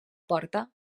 porta